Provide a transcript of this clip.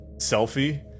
selfie